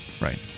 Right